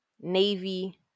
navy